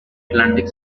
atlantic